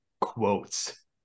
quotes